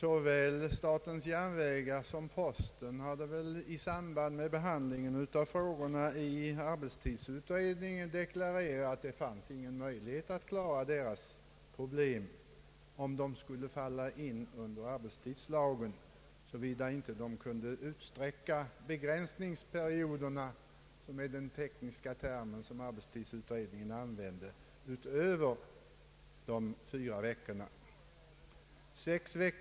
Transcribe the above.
Såväl statens järnvägar som posten hade i samband med behandlingen av frågorna i arbetstidsutredningen deklarerat att det inte fanns någon möjlighet att klara problemen inom ramen för arbetstidslagstiftningen, såvida man inte kunde utsträcka begränsningsperioden — den term som arbetstidsutredningen använder — utöver de fyra veckorna.